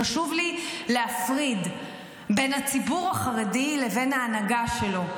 חשוב לי להפריד בין הציבור החרדי לבין ההנהגה שלו.